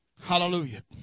Hallelujah